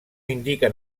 indica